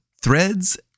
Threads